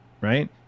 right